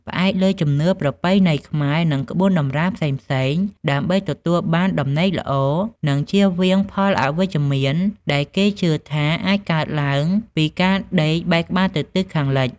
ផ្អែកលើជំនឿប្រពៃណីខ្មែរ និងក្បួនតម្រាផ្សេងៗ ដើម្បីទទួលបានដំណេកល្អ និងជៀសវាងផលអវិជ្ជមានដែលគេជឿថាអាចកើតឡើងពីការដេកបែរក្បាលទៅទិសខាងលិច។